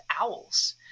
owls